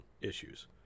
issues